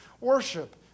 worship